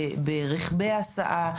ברכבי הסעה.